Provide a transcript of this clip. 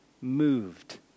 moved